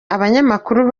abanyamakuru